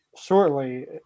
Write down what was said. shortly